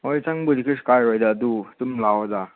ꯍꯣꯏ ꯆꯪꯕꯨꯗꯤ ꯀꯔꯤꯁꯨ ꯀꯥꯏꯔꯣꯏꯗ ꯑꯗꯨ ꯑꯗꯨꯝ ꯂꯥꯛꯑꯣꯗ